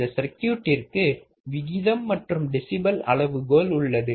இந்த சர்க்யூட்டிற்கு விகிதம் மற்றும் டெசிபெல் அளவுகோல் உள்ளது